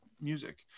music